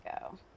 go